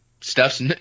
stuff's